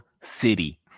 city